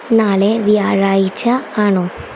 നാളെ വ്യാഴാഴ്ച ആണോ